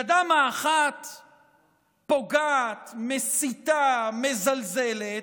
ידם האחת פוגעת, מסיתה, מזלזלת,